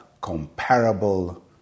comparable